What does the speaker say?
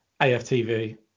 AFTV